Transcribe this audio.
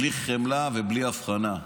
בלי חמלה ובלי הבחנה.